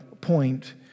point